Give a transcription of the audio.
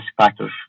factors